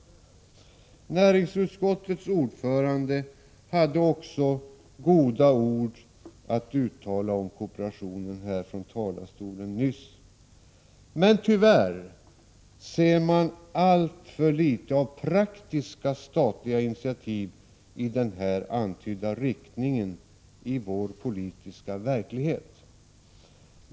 Näringsutskottets ordförande hade också goda ord att uttala om kooperationen från talarstolen nyss. Men tyvärr ser man alltför litet av praktiska statliga initiativ i den här antydda riktningen i vår politiska verklighet.